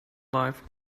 life